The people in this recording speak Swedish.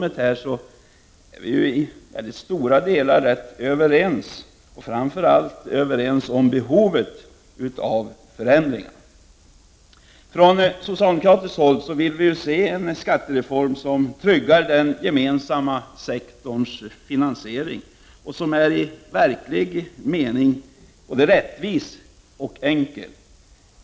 Jag torde knappast kunna ge mera ved på brasan, och jag skall därför begränsa mig ytterst kraftigt. Från socialdemokratiskt håll vill vi se en skattereform som tryggar den gemensamma sektorns finansiering och som är i verklig mening rättvis och enkel.